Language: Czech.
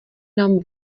nám